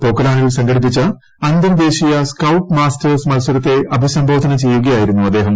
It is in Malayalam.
പൊക്രാനിൽ സംഘടിപ്പിച്ച അന്തർദേശീയ സ്കൌട്ട് മാസ്റ്റേഴ്സ് മത്സരത്തെ അഭിസംബോധന ചെയ്യുകയായിരുന്നു അദ്ദേഹം